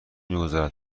میگذارد